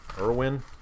Irwin